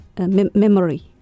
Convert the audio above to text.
memory